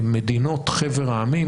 מדינות חבר העמים,